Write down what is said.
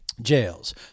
jails